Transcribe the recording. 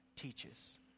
teaches